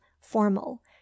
formal